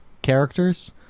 characters